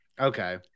Okay